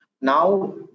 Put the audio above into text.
Now